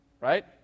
Right